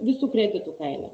visų kreditų kaina